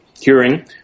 hearing